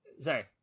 Sorry